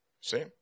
See